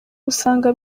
usanga